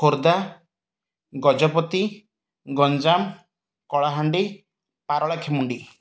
Khordha Gajapati Ganjam Kalahandi Paralakhemundi